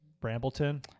brambleton